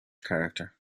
character